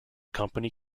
company